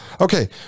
Okay